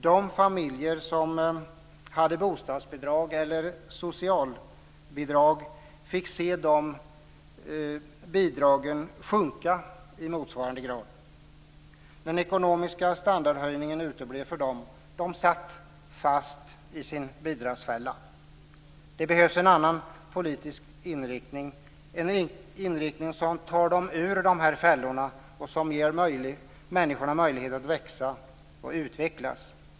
De familjer som hade bostadsbidrag eller socialbidrag fick se de bidragen sjunka i motsvarande grad. Den ekonomiska standardhöjningen uteblev för dem. De satt fast i sin bidragsfälla. Det behövs en annan politisk inriktning, en inriktning som tar dem ur fällorna och som ger människor möjlighet att växa och utvecklas.